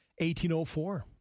1804